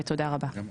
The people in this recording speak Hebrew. תודה רבה.